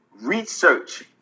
research